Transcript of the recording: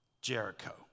Jericho